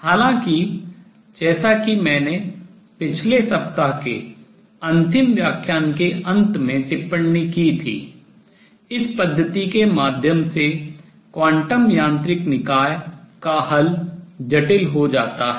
हालाँकि जैसा कि मैंने पिछले सप्ताह के अंतिम व्याख्यान के अंत में टिप्पणी की थी इस पद्धति के माध्यम से क्वांटम यंत्रिक निकाय का हल जटिल हो जाता है